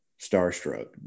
starstruck